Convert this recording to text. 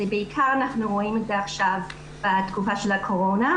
בעיקר אנחנו רואים את זה עכשיו בתקופה של הקורונה.